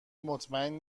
مطمئن